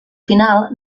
final